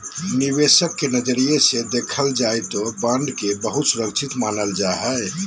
निवेशक के नजरिया से देखल जाय तौ बॉन्ड के बहुत सुरक्षित मानल जा हइ